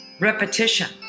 repetition